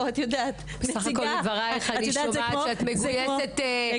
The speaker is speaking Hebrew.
בסך הכול, מדברייך אני שומעת שאת מגויסת למאבק.